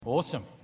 Awesome